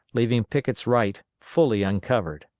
leaving pickett's right fully uncovered